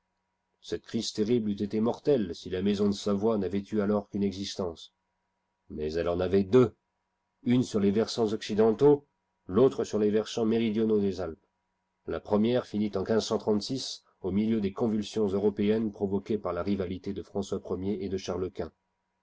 cette crise terrible eût été mortelle si la maison de savoie n avait eu alors quune existence mais elle en avait deux une sur les versants occidentaux l'autre sur les versants méridionaux des alpes la première finit en au milieu des convulsions européennes provoquées par la rivalité de françois i er et de